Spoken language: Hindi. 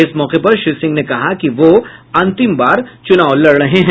इस मौके पर श्री सिंह ने कहा कि वो अंतिम बार चुनाव लड़ रहे हैं